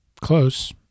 Close